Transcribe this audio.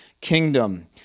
kingdom